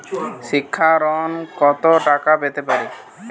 শিক্ষা ঋণ কত টাকা পেতে পারি?